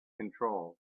control